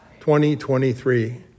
2023